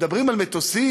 מדברים על מטוסים,